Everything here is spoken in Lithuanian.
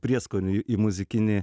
prieskonių į muzikinį